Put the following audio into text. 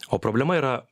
o problema yra